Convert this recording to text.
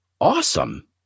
awesome